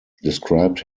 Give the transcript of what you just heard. described